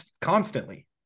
constantly